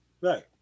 Right